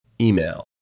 email